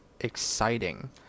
exciting